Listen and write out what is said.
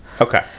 Okay